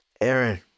Aaron